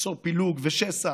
ייצור פילוג ושסע